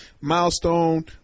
Milestone